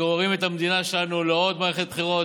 שגוררים את המדינה שלנו לעוד מערכת בחירות